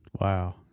Wow